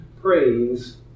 praise